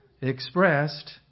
expressed